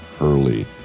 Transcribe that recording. Early